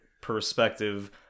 perspective